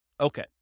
Okay